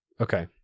Okay